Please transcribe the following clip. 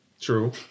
True